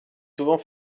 souvent